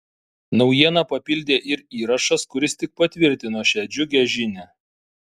naujieną papildė ir įrašas kuris tik patvirtino šią džiugią žinią